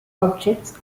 objects